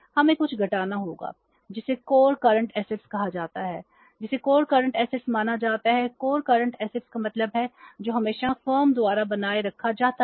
हमें real current assets का मतलब है जो हमेशा फर्म द्वारा बनाए रखा जाता है